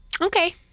Okay